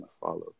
follow